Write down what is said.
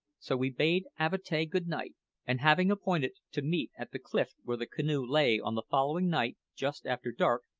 so we bade avatea good-night and having appointed to meet at the cliff where the canoe lay on the following night, just after dark,